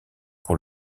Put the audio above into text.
pour